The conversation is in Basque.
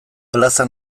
plaza